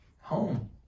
home